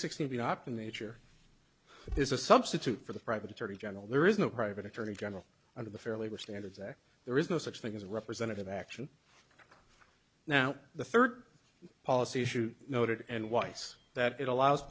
the nature is a substitute for the private attorney general there is no private attorney general under the fair labor standards act there is no such thing as a representative action now the third policy issue noted and weiss that it allows